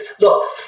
look